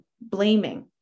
blaming